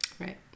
Right